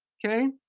okay?